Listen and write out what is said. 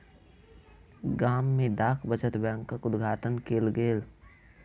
गाम में डाक बचत बैंकक उद्घाटन कयल गेल